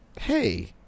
hey